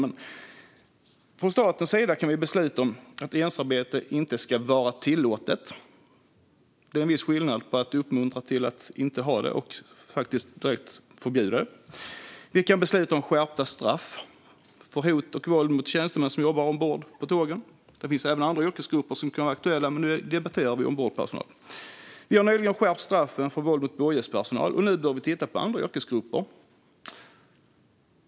Men från statens sida kan vi besluta att ensamarbete inte ska vara tillåtet. Det är en viss skillnad på att uppmuntra till att inte ha det och att direkt förbjuda det. Vi kan besluta om skärpta straff för hot och våld mot tjänstemän som jobbar ombord på tågen. Även andra yrkesgrupper kan vara aktuella, men nu debatterar vi ombordpersonal. Vi har nyligen skärpt straffen för våld mot blåljuspersonal. Nu bör vi titta på andra yrkesgrupper.